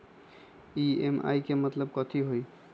EMI के मतलब कथी होई?